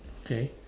okay